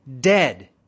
dead